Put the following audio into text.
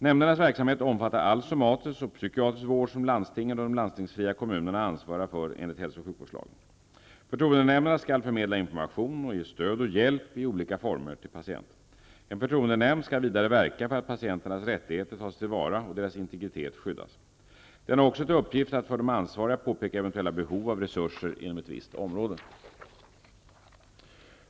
Nämndernas verksamhet omfattar all somatisk och psykiatrisk vård som landstingen och de landstingsfria kommunerna ansvarar för enligt hälso och sjukvårdslagen. Förtroendenämnderna skall förmedla information och ge stöd och hjälp i olika former till patienten. En förtroendenämnd skall vidare verka för att patienternas rättigheter tas till vara och deras integritet skyddas. Den har också till uppgift att för de ansvariga påpeka eventuella behov av resurser inom ett visst område.